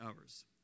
hours